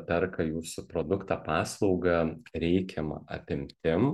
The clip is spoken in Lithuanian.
perka jūsų produktą paslaugą reikiama apimtim